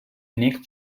unique